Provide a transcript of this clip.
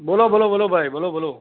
બોલો બોલો બોલો ભાઈ બોલો બોલો